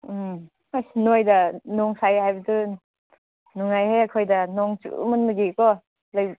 ꯎꯝ ꯑꯁ ꯅꯣꯏꯗ ꯅꯣꯡ ꯁꯥꯏ ꯍꯥꯏꯕꯗꯨ ꯅꯨꯡꯉꯥꯏꯍꯦ ꯑꯩꯈꯣꯏꯗ ꯅꯣꯡ ꯆꯨꯃꯟꯕꯒꯤꯀꯣ